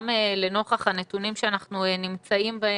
גם לנוכח הנתונים שאנחנו נמצאים בהם,